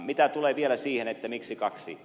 mitä tulee vielä siihen miksi kaksi